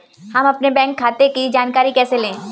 हम अपने बैंक खाते की जानकारी कैसे लें?